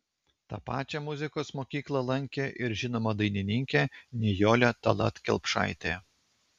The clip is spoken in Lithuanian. tą pačią muzikos mokyklą lankė ir žinoma dainininkė nijolė tallat kelpšaitė